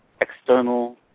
External